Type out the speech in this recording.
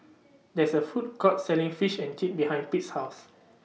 There IS A Food Court Selling Fish and Chips behind Pete's House